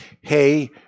Hey